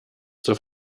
zur